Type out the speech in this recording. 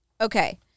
Okay